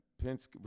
Pence